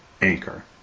Anchor